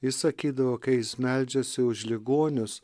jis sakydavo kai jis meldžiasi už ligonius